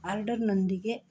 ಆರ್ಡರ್ನೊಂದಿಗೆ